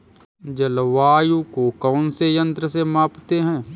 जलवायु को कौन से यंत्र से मापते हैं?